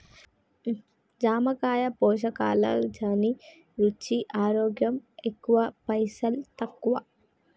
జామకాయ పోషకాల ఘనీ, రుచి, ఆరోగ్యం ఎక్కువ పైసల్ తక్కువ